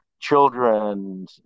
children